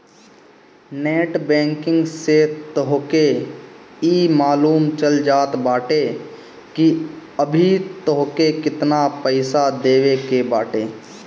net banking से तोहके इ मालूम चल जात बाटे की अबही तोहके केतना पईसा देवे के बाटे